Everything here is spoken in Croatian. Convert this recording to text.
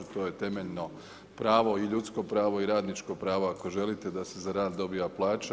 To je temeljno pravo i ljudsko pravo i radničko pravo ako želite da se za rad dobiva plaća.